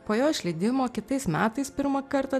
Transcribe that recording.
po jo išleidimo kitais metais pirmą kartą